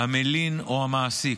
המלין או המעסיק.